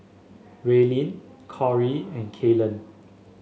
Raelynn Cori and Kaylan